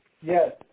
Yes